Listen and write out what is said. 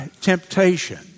temptation